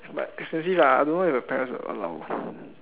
but expensive lah I don't know if my parents would allow